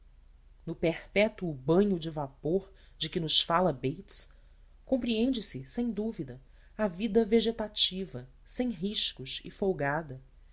no perpétuo banho de vapor de que nos fala bates compreende-se sem dúvida a vida vegetativa sem riscos e folgada